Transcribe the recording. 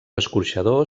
escorxador